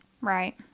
Right